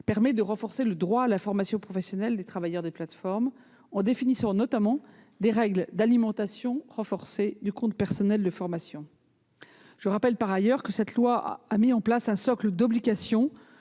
permet de renforcer le droit à la formation professionnelle des travailleurs des plateformes en définissant notamment des règles d'alimentation renforcée du compte personnel de formation. Je rappelle par ailleurs que cette loi a mis en place un socle d'obligations,